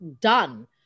done